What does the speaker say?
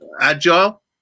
agile